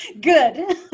Good